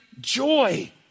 joy